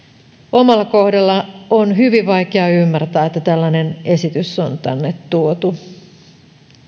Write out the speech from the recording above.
omalla kohdallani on hyvin vaikea ymmärtää että tällainen esitys on tänne tuotu esimerkiksi